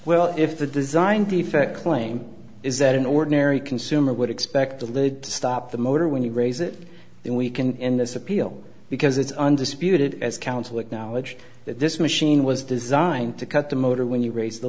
well if the design defect claim is that an ordinary consumer would expect a lid to stop the motor when you raise it and we can in this appeal because it's undisputed as counsel acknowledged that this machine was designed to cut the motor when you raise the